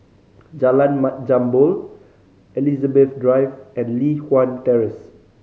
Jalan Mat Jambol Elizabeth Drive and Li Hwan Terrace